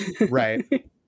Right